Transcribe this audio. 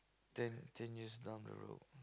ten ten years down the road